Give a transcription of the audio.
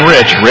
Rich